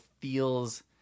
feels